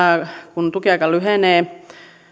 kun tukiaika lyhenee